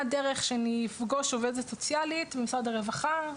דרך שאני אפגוש עובדת סוציאלית ממשרד הרווחה,